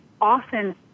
often